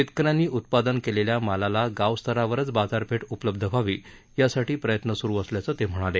शेतकऱ्यांनी उत्पादन केलेल्या मालाला गाव स्तरावरच बाजारपेठ उपलब्ध व्हावी यादृष्टीनं प्रयत्न सुरु असल्याचं ते म्हणाले